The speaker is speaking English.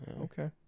Okay